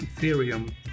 Ethereum